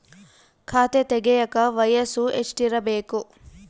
ಖಾತೆ ತೆಗೆಯಕ ವಯಸ್ಸು ಎಷ್ಟಿರಬೇಕು?